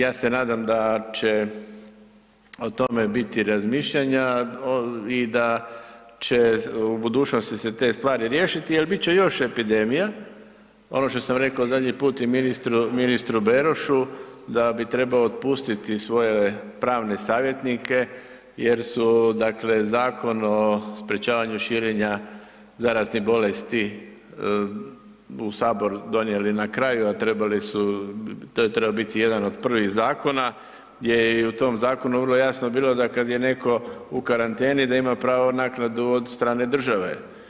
Ja se nadam da će o tome biti razmišljanja i da će u budućnosti se te stvari riješiti jer bit će još epidemija, ono što sam rekao zadnji put i ministru Berošu, da bi trebao otpustiti svoje pravne savjetnike jer su dakle, Zakon o sprječavanju širenja zaraznih bolesti u Sabor donijeli na kraju, a trebali su, to je trebao biti jedan od prvih zakona, gdje je i u tom zakonu vrlo jasno bilo da kad je netko u karanteni da ima pravo naknadu od strane države.